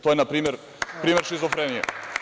To je, na primer, primer šizofrenije.